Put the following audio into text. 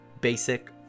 basic